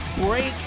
break